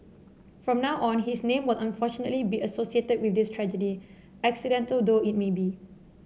from now on his name will unfortunately be associated with this tragedy accidental though it may be